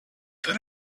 that